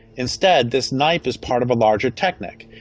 instead this knife is part of a larger technic.